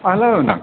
hello नोंथां